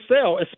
sell